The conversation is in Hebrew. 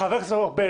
חבר הכנסת ארבל,